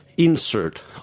insert